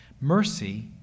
Mercy